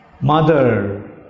Mother